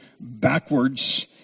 backwards